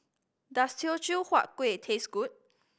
does Teochew Huat Kuih taste good